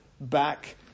back